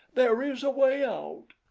there is a way out!